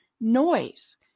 noise